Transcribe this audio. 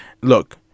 Look